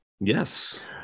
Yes